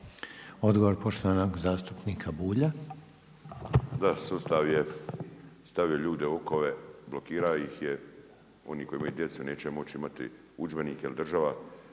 Miro (MOST)** Da, sustav stavio ljude u okove, blokirao ih je, oni koji imaju djecu, neće moći imati udžbenike, jer država